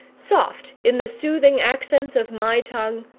soft in the soothing accents of my tongue,